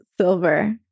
Silver